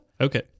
Okay